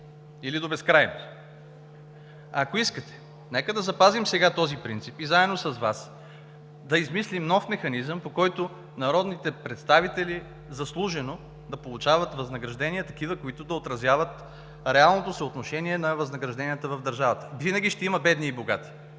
Или до безкрайност! Ако искате, нека да запазим сега този принцип и заедно с Вас да измислим нов механизъм, по който народните представители заслужено да получават възнаграждения, каквито да отразяват реалното съотношение на възнагражденията в държавата. Винаги ще има бедни и богати.